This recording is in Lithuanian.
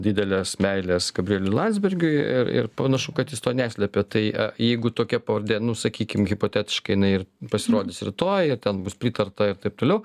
didelės meilės gabrieliui landsbergiui ir ir panašu kad jis to neslepia tai jeigu tokia pavardė nu sakykim hipotetiškai ir pasirodys rytoj ir ten bus pritarta ir taip toliau